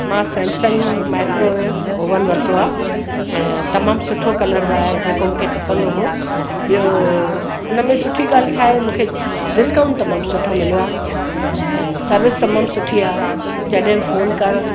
मां Samsung microwave oven वरितो आहे ऐं तमामु सुठो कलरु आए जेको मूंखे खपंदो हुओ ॿियो हुनमें सुठी ॻाल्हि छा आहे मूंखे डिस्काउंट तमामु सुठो मिलियो आहे ऐं सर्विस तमामु सुठी आहे जॾहिं फोन कर